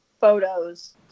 photos